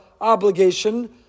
obligation